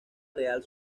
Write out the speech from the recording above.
real